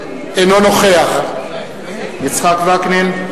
אינו נוכח יצחק וקנין,